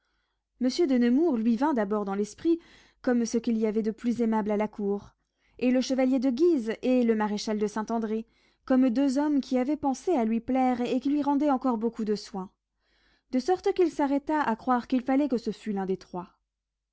monsieur de nemours lui vint d'abord dans l'esprit comme ce qu'il y avait de plus aimable à la cour et le chevalier de guise et le maréchal de saint-andré comme deux hommes qui avaient pensé à lui plaire et qui lui rendaient encore beaucoup de soins de sorte qu'il s'arrêta à croire qu'il fallait que ce fût l'un des trois